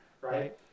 right